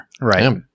Right